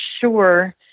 sure